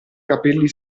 capelli